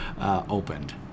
opened